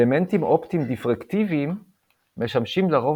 אלמנטים אופטיים דיפרקטיביים משמשים לרוב